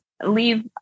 leave